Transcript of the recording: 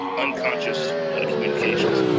unconscious communications.